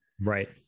Right